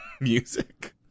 music